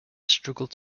struggled